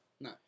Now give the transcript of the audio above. No